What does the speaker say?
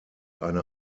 eine